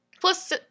Plus